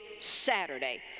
Saturday